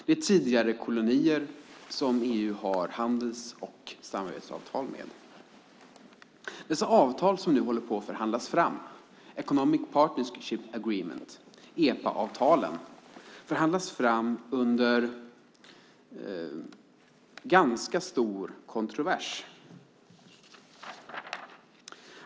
Det är tidigare kolonier som EU har handels och samarbetsavtal med. Dessa avtal som nu håller på att förhandlas fram, Economic Partnership Agreements eller EPA-avtalen, förhandlas fram under ganska stor kontrovers.